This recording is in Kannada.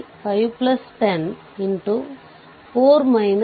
5 4 Ω ಆದ್ದರಿಂದ RThevenin